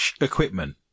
equipment